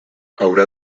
haurà